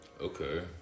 Okay